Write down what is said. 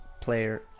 player